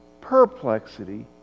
perplexity